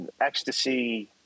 ecstasy